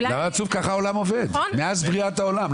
לא עצוב ככה העולם עובד מאז בריאת העולם.